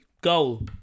goal